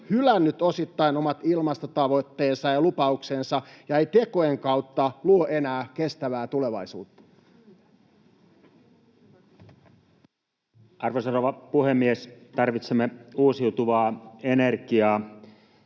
hylännyt osittain omat ilmastotavoitteensa ja lupauksensa ja ei tekojen kautta luo enää kestävää tulevaisuutta? Edustaja Pauli Kiuru. Arvoisa rouva puhemies! Tarvitsemme uusiutuvaa energiaa,